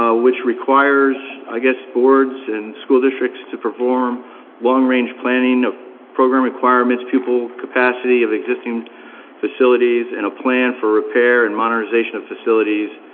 ah which requires ah boards and school districts to perform long-range planning of program requirements, pupil capacity of existing facilities, and a plan for repair and modernization of facilities,